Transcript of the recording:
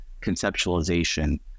conceptualization